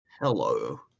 Hello